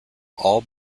all